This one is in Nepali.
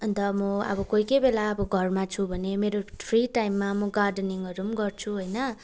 अन्त म अब कोही कोही बेला अब घरमा छु भने मेरो फ्री टाइममा म गार्डनिङहरू पनि गर्छु होइन